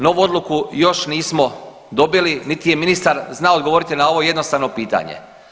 Novu odluku još nismo dobili niti je ministar znao odgovoriti na ovo jednostavno pitanje.